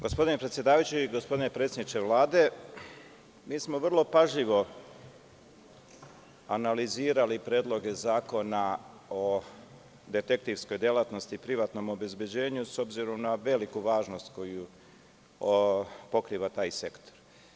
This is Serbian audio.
Gospodine predsedavajući, gospodine predsedniče Vlade, mi smo vrlo pažljivo analizirali predloge zakona o detektivskoj delatnosti privatnom obezbeđenju, s obzirom na veliku važnost koju pokriva taj segment.